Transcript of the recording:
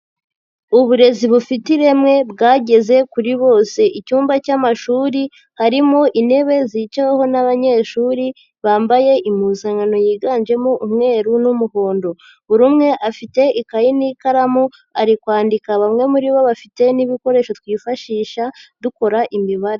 Uburezi bufite ireme bwageze kuri bose, icyumba cy'amashuri harimo intebe zicaweho n'abanyeshuri bambaye impuzankano yiganjemo umweru n'umuhondo, buri umwe afite ikayi n'ikaramu ari kwandika, bamwe muri bo bafite n'ibikoresho twifashisha dukora imibare.